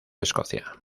escocia